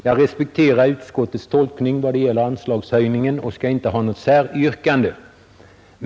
Jag respekterar utskottets tolkning vad det gäller anslagshöjningen och skall inte ställa något säryrkande.